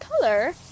color